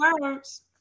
words